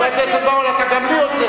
חבר הכנסת בר-און, אתה גם לי עוזר.